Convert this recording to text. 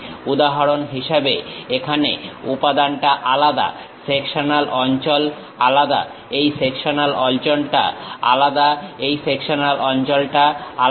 উদাহরণ হিসেবে এখানে উপাদানটা আলাদা সেকশনাল অঞ্চল আলাদা এই সেকশনাল অঞ্চলটা আলাদা এই সেকশনাল অঞ্চলটা আলাদা